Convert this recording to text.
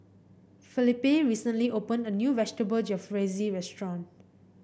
Felipe recently opened a new Vegetable Jalfrezi restaurant